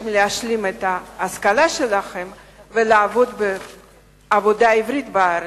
להשלים את ההשכלה שלהם ולעבוד בעבודה עברית בארץ.